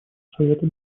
совета